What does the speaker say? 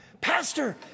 Pastor